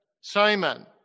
Simon